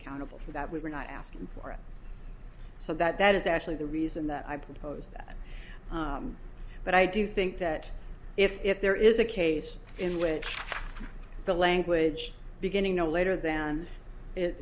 accountable that we were not asking for it so that that is actually the reason that i proposed that but i do think that if there is a case in which the language beginning no later than it